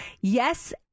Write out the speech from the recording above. Yes